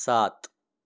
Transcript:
સાત